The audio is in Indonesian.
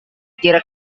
kira